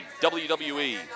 WWE